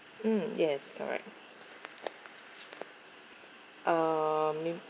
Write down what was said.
mm yes correct uh maybe